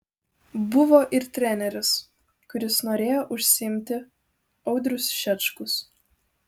buvo ir treneris kuris norėjo užsiimti audrius šečkus